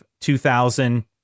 2000